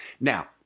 Now